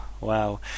wow